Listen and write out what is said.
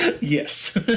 Yes